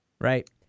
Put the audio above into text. right